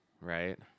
right